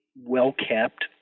well-kept